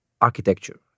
architecture